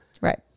Right